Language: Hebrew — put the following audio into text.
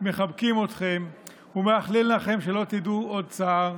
מחבקים אתכם ומאחלים לכם שלא תדעו עוד צער,